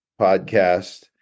podcast